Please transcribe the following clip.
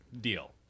deal